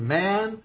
man